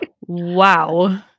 Wow